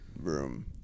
room